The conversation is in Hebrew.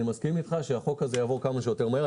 אני מסכים איתך שהחוק הזה יעבור כמה שיותר מהר.